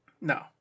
No